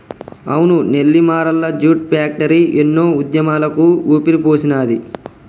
అవును Nellimarla jute factory ఎన్నో ఉద్యమాలకు ఊపిరిపోసినాది